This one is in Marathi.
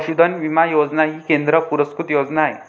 पशुधन विमा योजना ही केंद्र पुरस्कृत योजना आहे